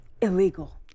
illegal